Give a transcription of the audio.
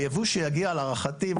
היבוא שיגיע להערכתי,